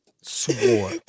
Swore